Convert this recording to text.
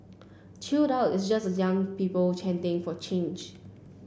chill out it's just the young people chanting for change